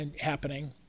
happening